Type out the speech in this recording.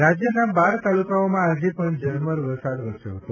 વરસાદ રાજ્યનાં બાર તાલુકાઓમાં આજે પણ ઝરમર વરસાદ વરસ્યો હતો